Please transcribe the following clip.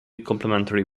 complimentary